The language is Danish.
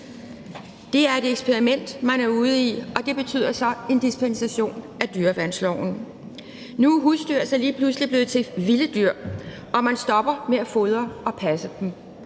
Det er et eksperiment, man er ude i, og det betyder så en dispensation fra dyreværnsloven. Nu er husdyr så lige pludselig blevet til vilde dyr, og man stopper med at fodre og passe dem,